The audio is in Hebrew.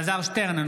בעד אלעזר שטרן,